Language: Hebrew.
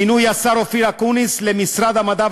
מינוי השר אופיר אקוניס למשרד המדע,